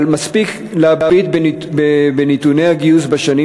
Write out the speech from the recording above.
אבל מספיק להביט בנתוני הגיוס בשנים